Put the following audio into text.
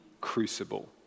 crucible